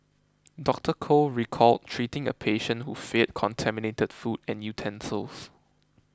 Doctor Koh recalled treating a patient who feared contaminated food and utensils